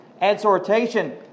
exhortation